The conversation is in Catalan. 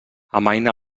amaina